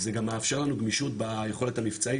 זה גם מאפשר לנו גמישות ביכולת המבצעית